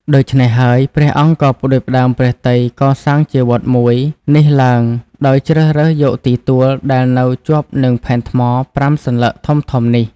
ដូច្នេះហើយ ព្រះអង្គក៏ផ្តួចផ្តើមព្រះទ័យកសាងជាវត្តមួយនេះឡើងដោយជ្រើសរើសយកទីទួលដែលនៅជាប់នឹងផែនថ្ម ៥ សន្លឹកធំៗនេះ។